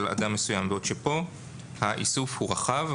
אדם מסוים בעוד שכאן האיסוף הוא רחב,